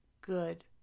good